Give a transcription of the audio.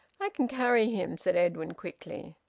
i can carry him, said edwin quickly.